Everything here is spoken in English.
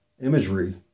imagery